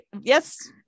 yes